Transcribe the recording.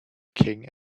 king